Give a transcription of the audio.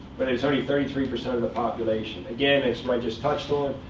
but it's only thirty three percent of the population. again, it's what i just touched on.